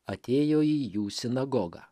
atėjo į jų sinagogą